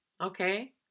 Okay